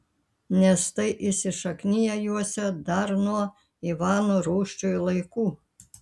nes tai įsišakniję juose dar nuo ivano rūsčiojo laikų